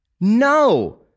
No